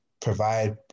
provide